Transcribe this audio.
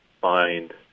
find